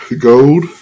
Gold